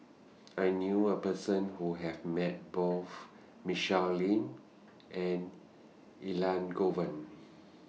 I knew A Person Who Have Met Both Michelle Lim and Elangovan